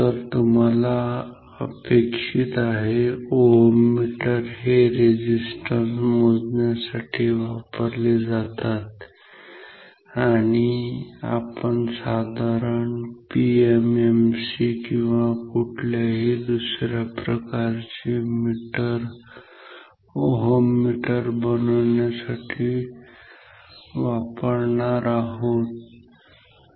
तर तुम्हाला अपेक्षित आहे ओहममीटर हे रेझिस्टन्स मोजण्यासाठी वापरले जातात आणि आपण साधारण पीएमएमसी किंवा कुठलाही दुसऱ्या प्रकारच्या मीटर ओहममीटर बनविण्यासाठी वापरणार आहोत ठीक आहे